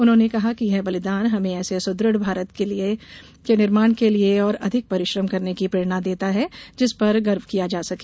उन्होंने कहा कि यह बलिदान हमें ऐसे सुदृढ़ भारत के निर्माण के लिए और अधिक परिश्रम करने की प्रेरणा देता है जिस पर गर्व किया जा सके